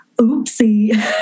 Oopsie